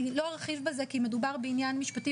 אני לא ארחיב בזה כי מדובר בעניין משפטי